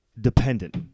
dependent